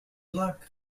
luck